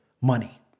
money